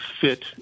fit